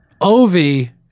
Ovi